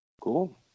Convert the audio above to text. cool